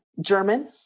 German